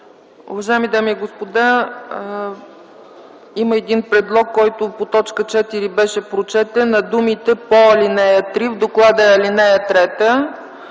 Уважаеми дами и господа, има един предлог, който по т. 4 беше прочетен: „а думите „по ал. 3” в доклада е